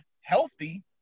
healthy